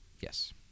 Yes